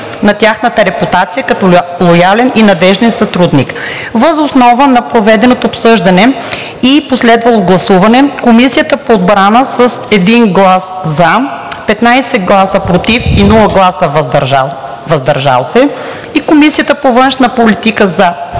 на тяхната репутация като лоялен и надежден съюзник. Въз основа на проведеното обсъждане и последвалото гласуване Комисията по отбрана с 1 глас „за“, 15 гласа „против“ и без „въздържал се“ и Комисията по външна политика с